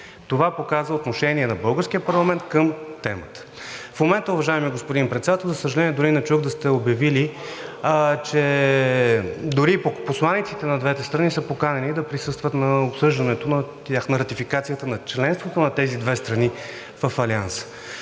Това показа отношение на българския парламент към темата. В момента, уважаеми господин Председател, за съжаление, дори не чух да сте обявили, че дори посланиците на двете страни са поканени да присъстват на обсъждането на Ратификацията на членството на тези две страни в Алианса.